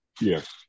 Yes